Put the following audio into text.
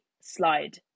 slide